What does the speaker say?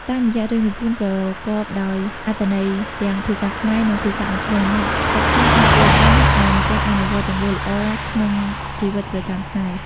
តាមរយៈរឿងនិទានប្រកបដោយអត្ថន័យទាំងភាសាខ្មែរ និងភាសាអង់គ្លេស អ្នកសិក្សាអាចយល់ដឹង និងចេះអនុវត្តទង្វើល្អក្នុងជីវិតប្រចាំថ្ងៃ។